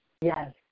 yes